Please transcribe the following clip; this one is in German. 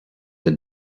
der